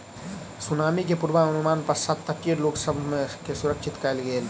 tsunami के पुर्वनुमानक पश्चात तटीय लोक सभ के सुरक्षित कयल गेल